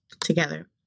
together